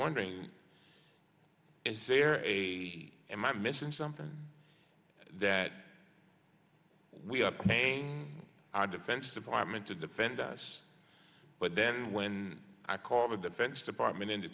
wondering is there a m i'm missing something that we are on defense department to defend us but then when i call the defense department in to